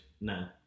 No